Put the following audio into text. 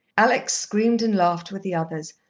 alex screamed and laughed with the others,